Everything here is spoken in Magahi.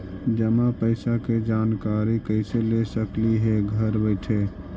जमा पैसे के जानकारी कैसे ले सकली हे घर बैठे?